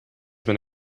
been